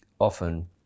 often